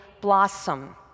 blossom